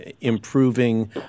improving